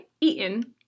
eaten